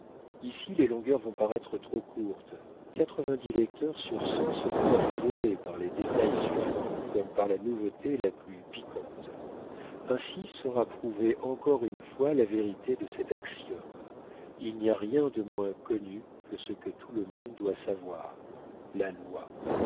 ici les longueurs vont paraître trop courtes quatre-vingt-dix lecteurs sur cent seront affriolés par les détails suivants comme par la nouveauté la plus piquante ainsi sera prouvée encore une fois la vérité de cet axiome il n'y a rien de moins connu que ce que tout le monde doit savoir la loi